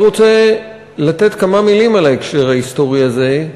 אני רוצה לומר כמה מילים על ההקשר ההיסטורי הזה,